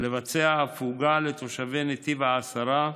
לבצע הפוגה לתושבי נתיב העשרה,